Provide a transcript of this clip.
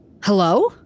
Hello